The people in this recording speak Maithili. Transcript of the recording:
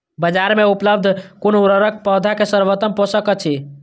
बाजार में उपलब्ध कुन उर्वरक पौधा के सर्वोत्तम पोषक अछि?